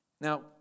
Now